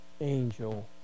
angel